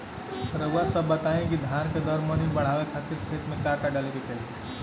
रउआ सभ बताई कि धान के दर मनी बड़ावे खातिर खेत में का का डाले के चाही?